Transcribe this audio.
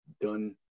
done